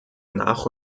nach